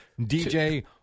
DJ